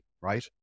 right